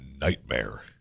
nightmare